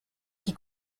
qui